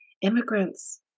Immigrants